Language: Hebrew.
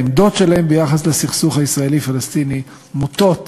העמדות שלהם ביחס לסכסוך הישראלי פלסטיני מוטות